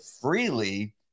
freely